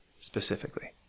specifically